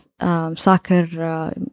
soccer